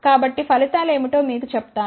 కాబట్టి ఫలితాలు ఏమిటో మీకు చెప్తాను